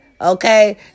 Okay